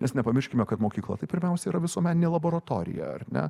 nes nepamirškime kad mokykla tai pirmiausia yra visuomeninė laboratorija ar ne